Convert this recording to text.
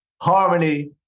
harmony